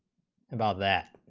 about that,